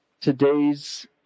today's